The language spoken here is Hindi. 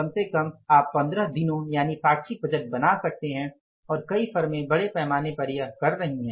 कम से कम आप 15 दिनों यानि पाक्षिक बजट बना सकते हैं और कई फर्में बड़े पैमाने परयह कर रही हैं